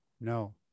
No